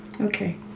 Okay